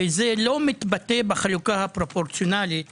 וזה לא מתבטא בחלוקה הפרופורציונלית